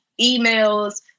emails